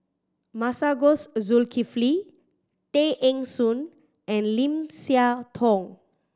Masagos Zulkifli Tay Eng Soon and Lim Siah Tong